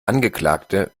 angeklagte